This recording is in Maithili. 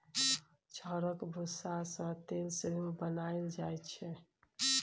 चाउरक भुस्सा सँ तेल सेहो बनाएल जाइ छै